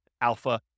alpha